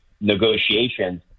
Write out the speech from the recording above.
negotiations